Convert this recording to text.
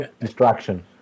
Distraction